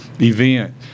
event